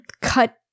cut